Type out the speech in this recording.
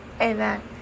Amen